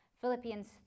Philippians